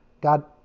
God